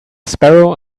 sparrow